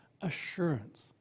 assurance